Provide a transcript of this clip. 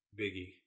Biggie